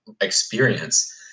experience